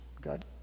Good